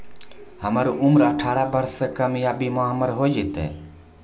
हमर उम्र अठारह वर्ष से कम या बीमा हमर हो जायत?